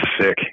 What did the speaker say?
sick